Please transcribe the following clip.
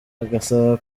bagasaba